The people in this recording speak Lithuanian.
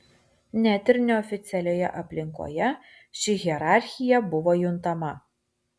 net ir neoficialioje aplinkoje ši hierarchija buvo juntama